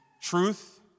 truth